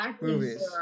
movies